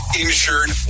insured